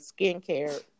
skincare